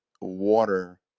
water